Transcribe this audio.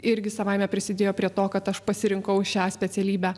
irgi savaime prisidėjo prie to kad aš pasirinkau šią specialybę